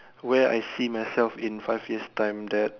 where I see myself in five years time that